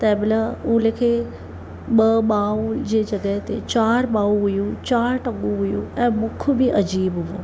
तंहिंमहिल उन लेखे ॿ ॿाहूं जे जॻहि ते चारि ॿाहूं हुयूं चारि टंगू हुयूं ऐं मुख बि अजीब हो